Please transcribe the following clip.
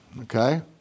Okay